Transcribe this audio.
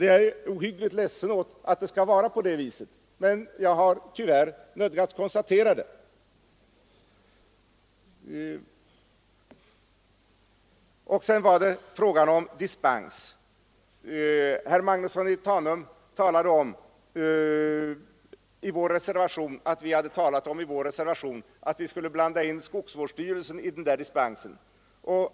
Jag är väldigt ledsen över att det skall vara på det viset, men jag har tyvärr nödgats konstatera att det är så. Så var det frågan om dispens. Herr Magnusson i Tanum talade om att vi i vår reservation hade nämnt att vi skulle blanda in skogsvårdsstyrelsen i denna dispensgivning.